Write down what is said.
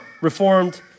Reformed